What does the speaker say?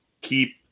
keep